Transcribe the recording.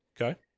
Okay